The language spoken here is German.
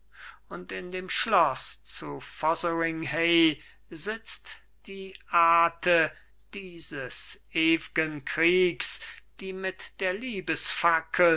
und in dem schloß zu fotheringhay sitzt die ate dieses ew'gen kriegs die mit der